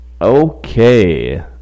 Okay